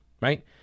right